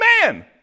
man